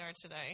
today